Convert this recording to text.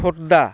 Khordha